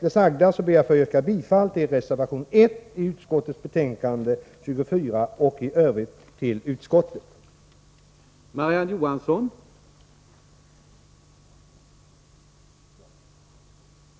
Jag yrkar bifall till reservation 1 i utskottets betänkande 24 och i övrigt till utskottets hemställan.